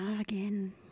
again